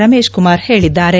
ರಮೇಶ್ ಕುಮಾರ್ ಹೇಳಿದ್ದಾರೆ